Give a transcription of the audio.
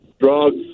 drugs